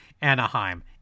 Anaheim